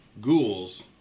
ghouls